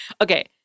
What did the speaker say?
Okay